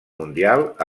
mundial